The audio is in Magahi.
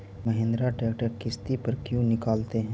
महिन्द्रा ट्रेक्टर किसति पर क्यों निकालते हैं?